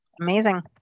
Amazing